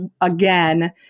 again